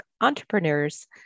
entrepreneurs